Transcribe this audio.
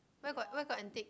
where got where got antique